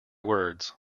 words